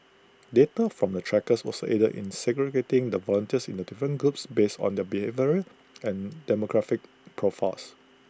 data from the trackers also aided in segregating the volunteers into different groups based on their behavioural and demographic profiles